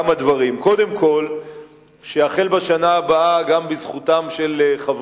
קודם כול אנחנו חייבים לדעת,